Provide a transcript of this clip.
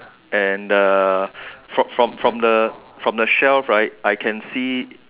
and the from from from the from the shelf right I can see